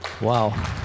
Wow